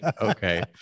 okay